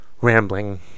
rambling